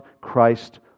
Christ